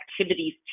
activities